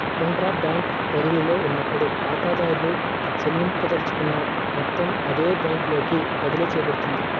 intra bank బదిలీలో ఉన్నప్పుడు, ఖాతాదారుడు చెల్లించదలుచుకున్న మొత్తం అదే బ్యాంకులోకి బదిలీ చేయబడుతుంది